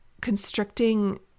constricting